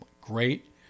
Great